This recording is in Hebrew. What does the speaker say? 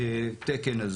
הוצאו מהתקן הזה.